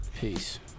Peace